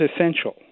essential